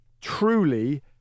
truly